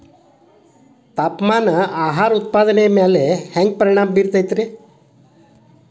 ತಾಪಮಾನ ಆಹಾರ ಉತ್ಪಾದನೆಯ ಮ್ಯಾಲೆ ಹ್ಯಾಂಗ ಪರಿಣಾಮ ಬೇರುತೈತ ರೇ?